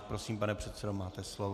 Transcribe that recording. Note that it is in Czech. Prosím, pane předsedo, máte slovo.